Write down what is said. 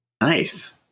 Nice